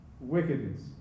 wickedness